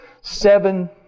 seven